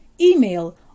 email